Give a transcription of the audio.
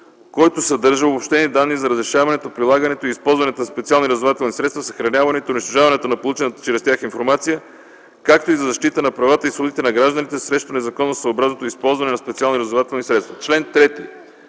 който съдържа обобщени данни за разрешаването, прилагането и използването на специални разузнавателни средства, съхраняването и унищожаването на получената чрез тях информация, както и за защита на правата и свободите на гражданите срещу незаконосъобразното използване на специални разузнавателни средства.